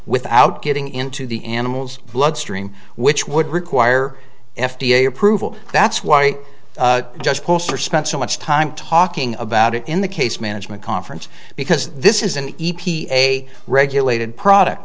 without getting into the animals bloodstream which would require f d a approval that's why i just spent so much time talking about it in the case management conference because this is an e p a regulated product